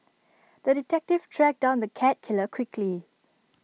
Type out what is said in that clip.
the detective tracked down the cat killer quickly